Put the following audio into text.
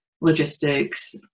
logistics